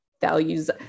values